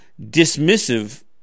dismissive